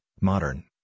modern